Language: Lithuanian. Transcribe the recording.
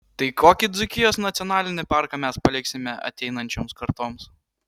tai kokį dzūkijos nacionalinį parką mes paliksime ateinančioms kartoms